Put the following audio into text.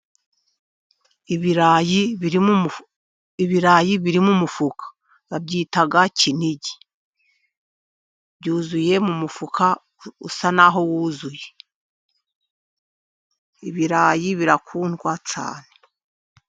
Ibirayi biri muf ..ibirayi biri mu mufuka babyita Kinigi. Byuzuye mu mufuka usa n'aho wuzuye. Ibirayi birakundwa cyane.